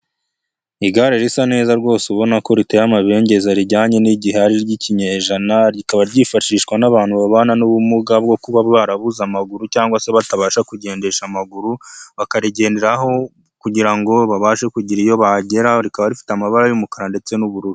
Igare risa neza rwose ubona ko riteye amabengeza rijyanye n'igihe ari iry'ikinyejana, rikaba ryifashishwa n'abantu babana n'ubumuga bwo kuba barabuze amaguru cyangwa se batabasha kugendesha amaguru, bakarigenderaho kugira ngo babashe kugira iyo bagera, rikaba rifite amabara y'umukara ndetse n'ubururu.